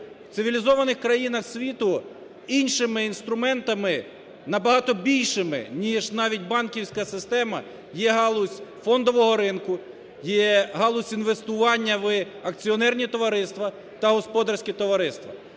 В цивілізованих країнах світу іншими інструментами, набагато більшими ніж навіть банківська система, є галузь фондового ринку, є галузь інвестування в акціонерні товариства та господарські товариства.